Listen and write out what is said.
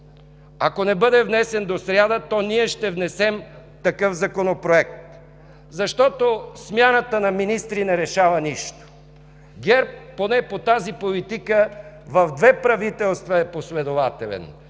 Ако не бъде внесен до сряда, то ние ще внесем такъв Законопроект, защото смяната на министри не решава нищо. ГЕРБ поне по тази политика в две правителства е последователен